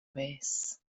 vess